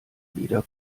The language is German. wieder